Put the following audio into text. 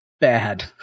bad